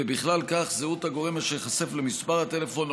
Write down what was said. ובכלל זה זהות הגורם אשר ייחשף למספר הטלפון,